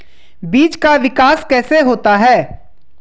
बीज का विकास कैसे होता है?